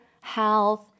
health